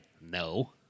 No